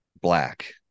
black